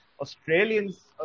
Australians